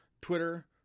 Twitter